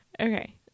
Okay